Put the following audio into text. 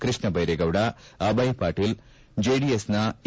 ಕೃಷ್ಣ ಬೈರೇಗೌಡ ಅಭಯ್ ಪಾಟೀಲ್ ಜೆಡಿಎಸ್ನ ಎ